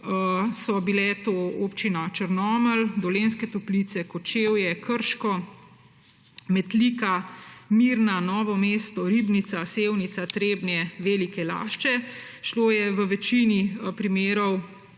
so bile to občine Črnomelj, Dolenjske Toplice, Kočevje, Krško, Metlika, Mirna, Novo mesto, Ribnica, Sevnica, Trebnje, Velike Lašče. Šlo je v večini primerov